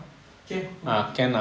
can